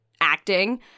acting